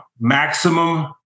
maximum